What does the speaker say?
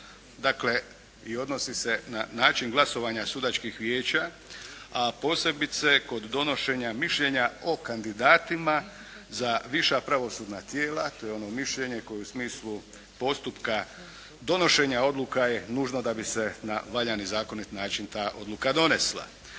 dakle i odnosi se na način glasovanja sudačkih vijeća, a posebice kod donošenja mišljenja o kandidatima za viša pravosudna tijela, to je ono mišljenje koje u smislu postupka donošenja odluka je nužno da bi se na valjan i zakonit način ta odluka donesla.